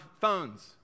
phones